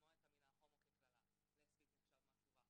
ולשמוע את המילה הומו כקללה, לסבית נחשב משהו רע,